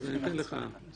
אז אני אתן לך קודם